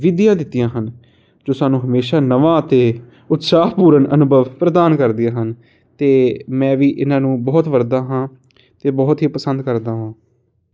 ਵਿਧੀਆ ਦਿੱਤੀਆਂ ਹਨ ਜੋ ਸਾਨੂੰ ਹਮੇਸ਼ਾ ਨਵਾਂ ਅਤੇ ਉਤਸ਼ਾਹਪੂਰਨ ਅਨੁਭਵ ਪ੍ਰਦਾਨ ਕਰਦੀਆਂ ਹਨ ਅਤੇ ਮੈਂ ਵੀ ਇਹਨਾਂ ਨੂੰ ਬਹੁਤ ਵਰਤਦਾ ਹਾਂ ਅਤੇ ਬਹੁਤ ਹੀ ਪਸੰਦ ਕਰਦਾ ਹਾਂ